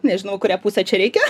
nežinau į kurią pusę čia reikia